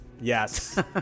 Yes